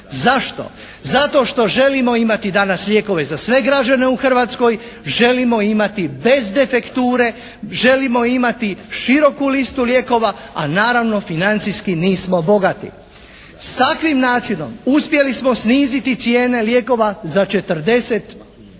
Zašto? Zato što želimo imati danas lijekove za sve građane u Hrvatskoj, želimo imati bez defekture, želimo imati široku listu lijekova, a naravno financijski nismo bogati. S takvim načinom uspjeli smo sniziti cijene lijekova za 40%.